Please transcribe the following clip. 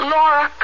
Laura